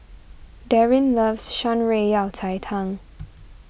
Darryn loves Shan Rui Yao Cai Tang